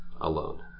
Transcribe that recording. alone